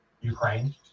Ukraine